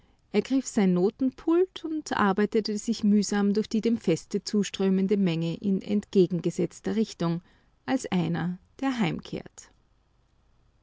ergriff sein notenpult und arbeitete sich mühsam durch die dem feste zuströmende menge in entgegengesetzter richtung als einer der heimkehrt